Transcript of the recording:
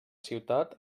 ciutat